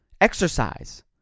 exercise